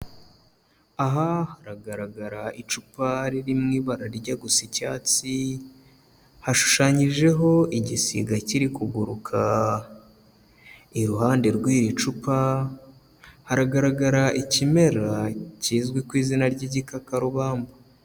Aha haragaragara icupa riri mu ibara rijya gusa icyatsi, hashushanyijeho igisiga kiri kuguruka, iruhande rw'iri cupa haragaragara ikimera kizwi ku izina ry'igikakarubamba.